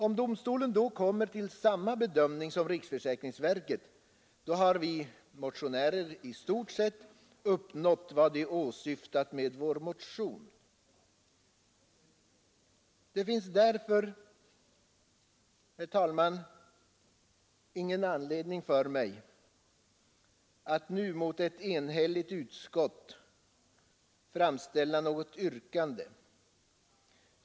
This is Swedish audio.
Om domstolen då kommer till samma bedömning som riksförsäkringsverket, har vi motionärer i stort sett uppnått vad vi åsyftat med vår motion. Det finns därför, herr talman, ingen anledning för mig att nu mot ett enhälligt utskott framställa något yrkande.